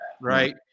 right